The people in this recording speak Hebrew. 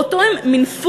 ואותו הם מינפו,